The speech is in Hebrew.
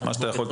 מה שאתה יכול.